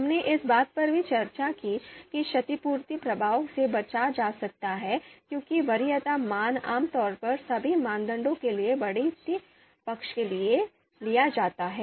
हमने इस बात पर भी चर्चा की कि क्षतिपूर्ति प्रभाव से बचा जा सकता है क्योंकि वरीयता मान आमतौर पर सभी मानदंडों के लिए बढ़ते पक्ष के लिए लिया जाता है